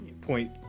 point